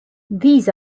these